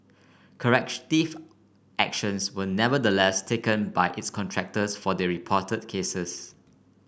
actions were nevertheless taken by its contractors for the reported cases